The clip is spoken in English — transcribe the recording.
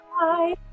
Bye